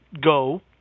go